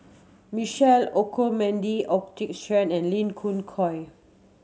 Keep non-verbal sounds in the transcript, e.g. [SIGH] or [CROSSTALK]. Michael Olcomendy [UNINTELLIGIBLE] and Lee Khoon Choy